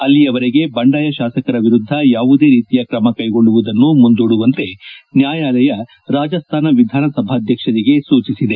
ಅಲ್ಲಿಯವರೆಗೆ ಬಂಡಾಯ ಶಾಸಕರ ವಿರುದ್ದ ಯಾವುದೇ ರೀತಿಯ ಕ್ರಮ ಕೈಗೊಳ್ಳುವುದನ್ನು ಮುಂದೂಡುವಂತೆ ನ್ಯಾಯಾಲಯ ರಾಜಸ್ಥಾನ ವಿಧಾನಸಭಾಧ್ವಕ್ಷರಿಗೆ ಸೂಚಿಸಿದೆ